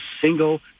single